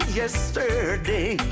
yesterday